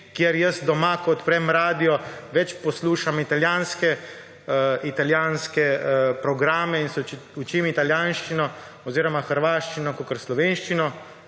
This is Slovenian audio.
kjer doma, ko odprem radio, več poslušam italijanske programe in se učim italijanščine oziroma hrvaščine kakor slovenščine.